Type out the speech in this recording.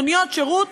מוניות שירות,